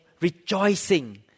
rejoicing